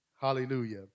Hallelujah